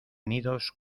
nidos